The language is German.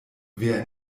wer